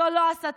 זאת לא הסתה?